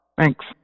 Thanks